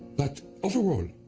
but overall,